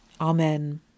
Amen